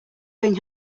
having